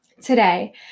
today